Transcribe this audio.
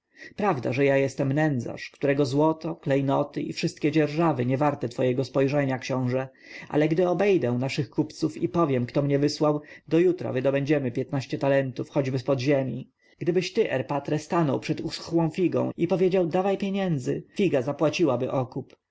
prawda że ja jestem nędzarz którego złoto klejnoty i wszystkie dzierżawy niewarte twojego spojrzenia książę ale gdy obejdę naszych kupców i powiem kto mnie wysłał do jutra wydobędziemy piętnaście talentów choćby z pod ziemi gdybyś ty erpatre stanął przed uschłą figą i powiedział dawaj pieniędzy figa zapłaciłaby okup